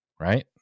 Right